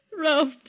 Ralph